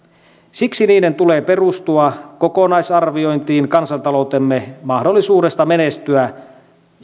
siksi niiden tulee perustua kokonaisarviointiin kansantaloutemme mahdollisuudesta menestyä